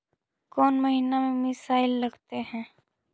कौन महीना में मिसाइल लगते हैं?